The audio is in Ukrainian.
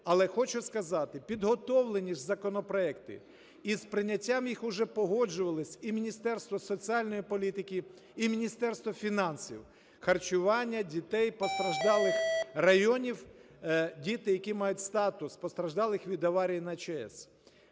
Але хочу сказати, підготовлені законопроекти, із прийняттям їх уже погоджувалось і Міністерство соціальної політики, і Міністерство фінансів. Харчування дітей з постраждалих районів, діти, які мають статус постраждалих від аварії на ЧАЕС,